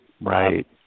right